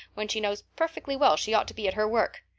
when she knows perfectly well she ought to be at her work.